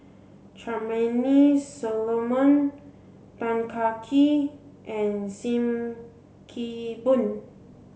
Charmaine Solomon Tan Kah Kee and Sim Kee Boon